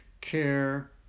care